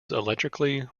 electrically